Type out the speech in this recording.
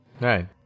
Right